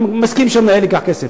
אני מסכים שהמנהל ייקח כסף,